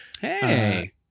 Hey